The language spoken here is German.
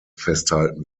festhalten